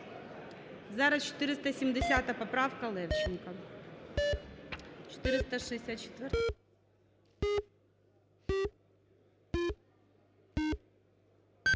Зараз 470 поправка Левченка.